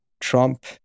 Trump